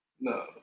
No